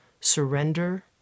surrender